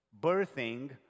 birthing